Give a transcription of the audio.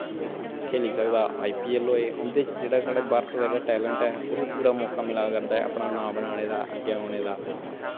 खेली सकदा आई पी ऐल्ल होऐ ओह्दे च जेह्ड़ा साढ़ा भारत दा टैलैंट ऐ उस्सी पूरा मौका मिला करदा ऐ अपना नांऽ बनाने दा अग्गें औने दा